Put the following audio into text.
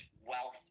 wealth